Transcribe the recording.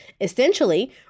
Essentially